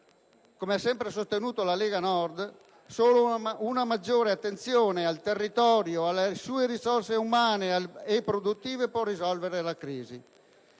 Come ha sempre sostenuto la Lega Nord, solo una maggiore attenzione al territorio e alle sue risorse umane e produttive può risolvere la crisi.